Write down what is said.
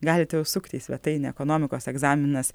galite užsukti į svetainę ekonomikos egzaminas